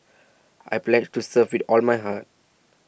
I pledge to serve with all my heart